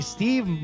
Steve